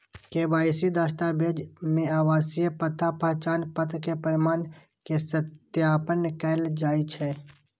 KYC दस्तावेज मे आवासीय पता, पहचान पत्र के प्रमाण के सत्यापन कैल जाइ छै